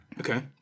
Okay